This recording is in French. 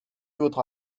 votre